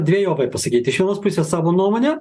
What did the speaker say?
dvejopai pasakyti iš vienos pusės savo nuomonę